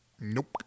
Nope